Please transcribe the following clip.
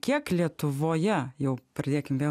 kiek lietuvoje jau pradėkim vėl